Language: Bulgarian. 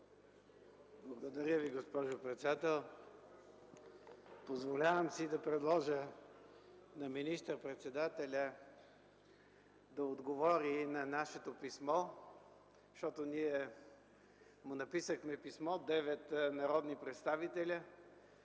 Благодаря, госпожо председател. Позволявам си да предложа на министър-председателя да отговори на нашето писмо, защото ние, девет народни представители